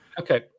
Okay